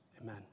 Amen